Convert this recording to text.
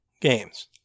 games